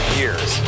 years